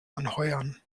anheuern